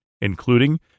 including